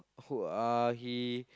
who uh he